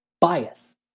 bias